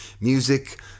Music